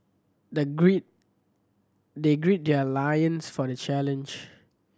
the grid they grid their loins for the challenge